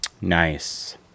Nice